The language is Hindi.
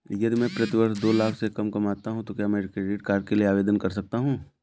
यदि मैं प्रति वर्ष दो लाख से कम कमाता हूँ तो क्या मैं क्रेडिट कार्ड के लिए आवेदन कर सकता हूँ?